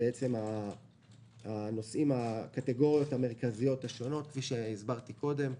את הקטגוריות המרכזיות השונות, כפי שהסברתי קודם.